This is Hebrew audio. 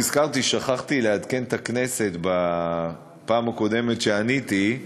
נזכרתי ששכחתי לעדכן את הכנסת בפעם הקודמת שעניתי,